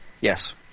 Yes